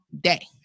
day